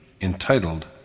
entitled